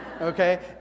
okay